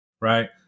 right